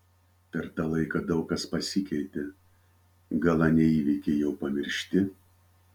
per tą laiką daug kas pasikeitė gal anie įvykiai jau pamiršti